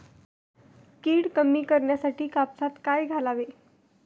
कीड कमी करण्यासाठी कापसात काय घालावे?